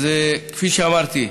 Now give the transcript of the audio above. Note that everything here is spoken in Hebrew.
אז כפי שאמרתי,